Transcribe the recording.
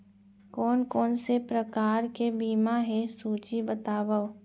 कोन कोन से प्रकार के बीमा हे सूची बतावव?